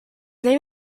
name